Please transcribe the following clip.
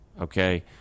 okay